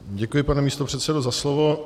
Děkuji, pane místopředsedo, za slovo.